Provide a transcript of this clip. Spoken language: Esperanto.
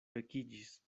vekiĝis